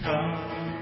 Come